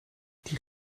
die